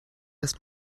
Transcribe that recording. dass